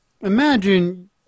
imagine